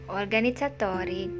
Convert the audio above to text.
organizzatori